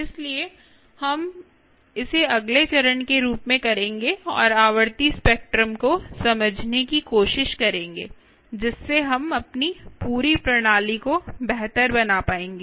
इसलिए हम इसे अगले चरण के रूप में करेंगे और आवृत्ति स्पेक्ट्रम को समझने की कोशिश करेंगे जिससे हम अपनी पूरी प्रणाली को बेहतर बना पाएंगे